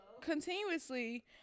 continuously